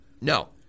No